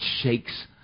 shakes